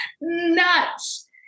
nuts